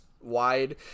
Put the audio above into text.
wide